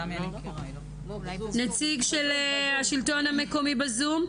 נציג השלטון המקומי בזום,